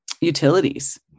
utilities